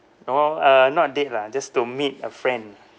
no uh not date lah just to meet a friend ah